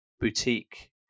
boutique